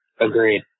Agreed